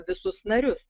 visus narius